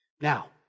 Now